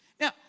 Now